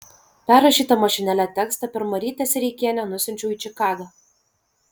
perrašytą mašinėle tekstą per marytę sereikienę nusiunčiau į čikagą